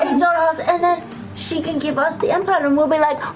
xhorhas and then she can give us the empire and we'll be like,